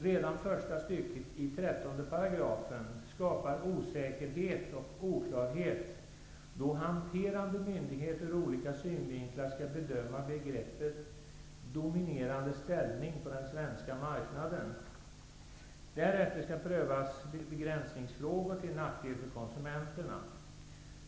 Redan första stycket i 13 § skapar osäkerhet och oklarhet då hanterande myndighet ur olika synvinklar skall tolka begreppet ''dominerande ställning på den svenska marknaden''. Därefter skall prövas frågor om begränsning av konkurrens till nackdel för konsumenterna.